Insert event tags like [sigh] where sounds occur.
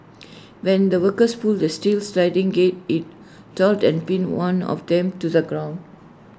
[noise] when the workers pulled the steel sliding gate IT toppled and pinned one of them to the ground